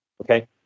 Okay